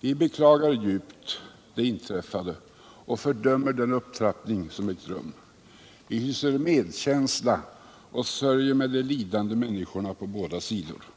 Vi beklagar djupt det inträffade och fördömer den upptrappning som ägt rum. Vi hyser medkänsla och sörjer med de lidande människorna på båda sidor.